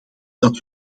dat